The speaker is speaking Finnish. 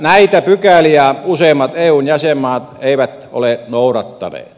näitä pykäliä useimmat eun jäsenmaat eivät ole noudattaneet